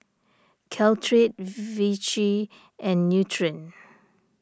Caltrate Vichy and Nutren